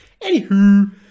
Anywho